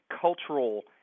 cultural